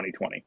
2020